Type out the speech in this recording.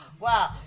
Wow